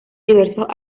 diversos